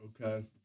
Okay